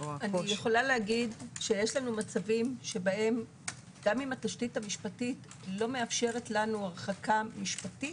יש לנו מצבים שבהם גם אם התשתית המשפטית לא מאפשרת לנו הרחקה משפטית,